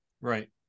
right